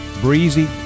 Breezy